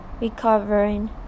recovering